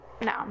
No